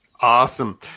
Awesome